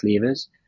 levers